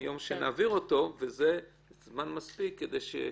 שנעביר אותו, וזה זמן מספיק לכולם,